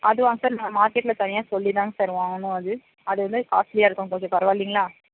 அதுவாங்க sir மார் மார்க்கெட்டில் தனியாக சொல்லி தாங்க சார் வாங்கணும் அது அது வந்து காஸ்ட்லியாக இருக்கும் கொஞ்சம் பரவாயில்லைங்களா